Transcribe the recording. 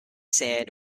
sand